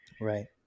Right